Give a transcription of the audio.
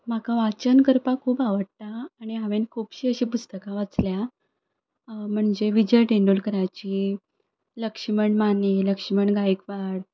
म्हाका वाचन करपा खूब आवडटा आनी हांवें खुबशें अशीं पुस्तकां वाचल्या म्हणजे विजय तेंडुलकराची लक्ष्मण माने लक्ष्मण गायकवाड